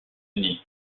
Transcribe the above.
unis